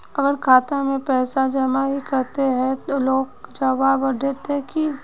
अगर खाता में पैसा जमा ही रहते ते ओकर ब्याज बढ़ते की?